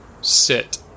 sit